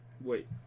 Wait